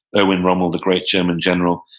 erwin rommel, the great german general,